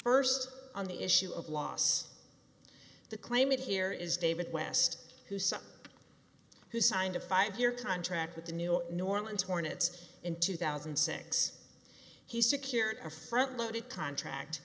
first on the issue of loss the claim made here is david west who some who signed a five year contract with the new new orleans hornets in two thousand and six he secured a front loaded contract